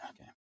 okay